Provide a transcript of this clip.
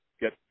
get